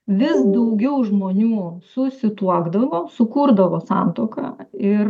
vis daugiau žmonių susituokdavo sukurdavo santuoką ir